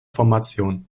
formation